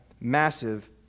massive